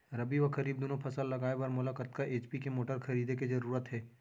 रबि व खरीफ दुनो फसल लगाए बर मोला कतना एच.पी के मोटर खरीदे के जरूरत हे?